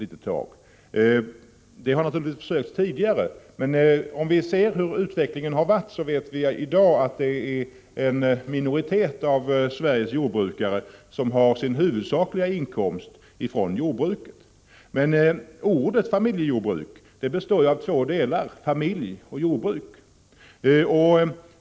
Det har man naturligtvis försökt tidigare, men om vi ser hur utvecklingen har varit vet vi att en minoritet av Sveriges jordbrukare har sin huvudsakliga inkomst från jordbruket. Ordet familjejordbruk består ju av två delar: familj och jordbruk.